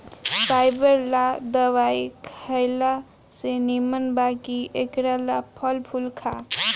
fibre ला दवाई खएला से निमन बा कि एकरा ला फल फूल खा